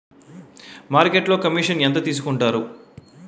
మార్కెట్లో కమిషన్ ఎంత తీసుకొంటారు?